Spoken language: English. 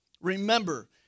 remember